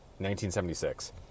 1976